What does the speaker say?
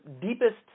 deepest –